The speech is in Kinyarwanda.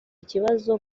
ikibazo